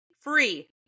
free